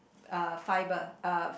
uh fiber uh